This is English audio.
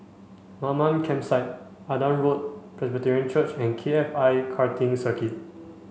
Mamam Campsite Adam Road Presbyterian Church and K F I Karting Circuit